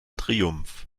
triumph